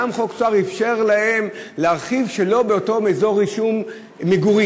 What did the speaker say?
גם חוק "צהר" אפשר להם להרחיב שלא באותו אזור רישום מגורים,